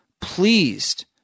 pleased